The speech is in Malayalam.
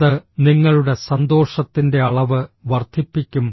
അത് നിങ്ങളുടെ സന്തോഷത്തിന്റെ അളവ് വർദ്ധിപ്പിക്കും